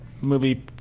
movie